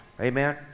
Amen